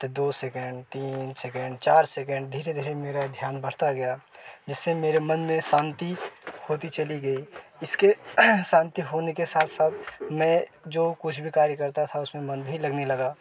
तो दो सेकेंड तीन सेकेंड चार सेकेंड धीरे धीरे मेरा ध्यान बढ़ता गया जिससे मेरे मन में शांती होती चली गई इसके शांती होने के साथ साथ मैं जो कुछ भी कार्य करता था उसमें मन भी लगने लगा